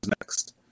next